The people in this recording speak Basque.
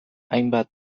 hainbat